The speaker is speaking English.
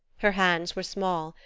her hands were small,